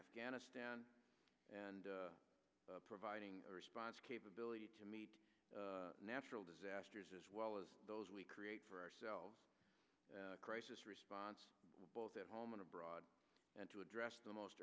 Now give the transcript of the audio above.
afghanistan and providing a response capability to meet natural disasters as well as those we create for ourselves the crisis response both at home and abroad and to address the most